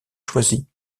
choisi